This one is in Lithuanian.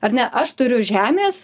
ar ne aš turiu žemės